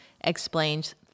explains